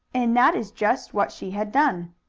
and that is just what she had done.